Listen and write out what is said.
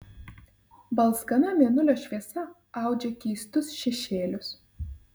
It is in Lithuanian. balzgana mėnulio šviesa audžia keistus šešėlius